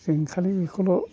जों खालि बेखौल'